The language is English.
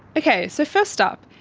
okay, so first up,